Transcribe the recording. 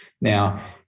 Now